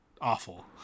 awful